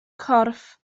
corff